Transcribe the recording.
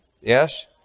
Yes